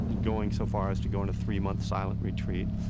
going so far as to go on a three-month silent retreat.